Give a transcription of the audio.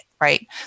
right